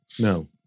No